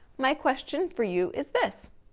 my question for you is this.